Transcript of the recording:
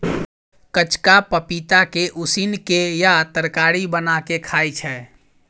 कचका पपीता के उसिन केँ या तरकारी बना केँ खाइ छै